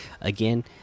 again